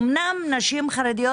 אמנם שיעור הנשים החרדיות